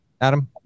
Adam